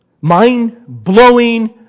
mind-blowing